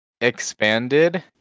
expanded